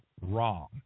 wrong